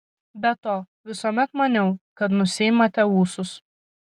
be to visuomet maniau kad nusiimate ūsus